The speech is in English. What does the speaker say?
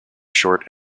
short